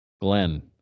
Glenn